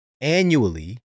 annually